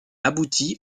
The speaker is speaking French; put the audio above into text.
aboutit